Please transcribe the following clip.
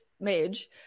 Mage